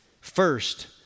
First